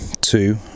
two